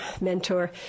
mentor